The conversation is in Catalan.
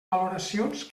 valoracions